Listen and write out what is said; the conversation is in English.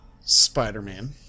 Spider-Man